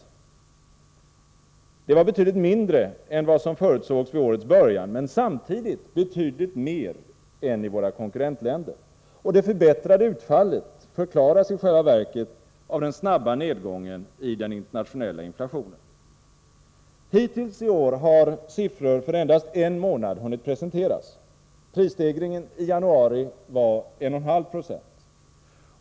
Det var betydligt mindre än vad som förutsågs vid årets början, men samtidigt betydligt mer än i våra konkurrentländer. Det förbättrade utfallet förklaras i själva verket av den snabba nedgången i den internationella inflationen. Hittills i år har siffror för endast en månad hunnit presenteras. Prisstegringen i januari var 1,5 20.